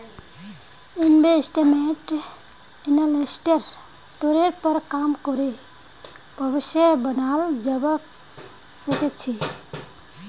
investment एनालिस्टेर तौरेर पर काम करे भविष्य बनाल जावा सके छे